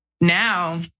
now